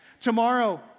Tomorrow